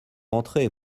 entrer